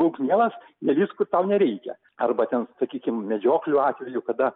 būk mielas nelįsk kur tau nereikia arba ten sakykim medžioklių atveju kada